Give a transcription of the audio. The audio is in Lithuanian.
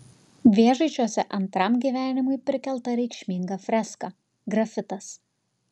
vėžaičiuose antram gyvenimui prikelta reikšminga freska grafitas